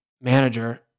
manager